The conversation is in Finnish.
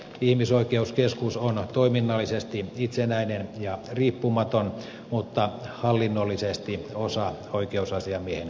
ihmisoikeuskeskus on toiminnallisesti itsenäinen ja riippumaton mutta hallinnollisesti osa oikeusasiamiehen kansliaa